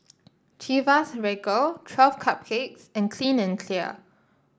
Chivas Regal Twelve Cupcakes and Clean and Clear